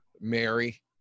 Mary